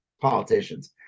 politicians